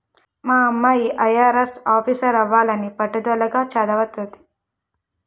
మా అమ్మాయి ఐ.ఆర్.ఎస్ ఆఫీసరవ్వాలని పట్టుదలగా చదవతంది